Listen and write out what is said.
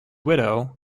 widow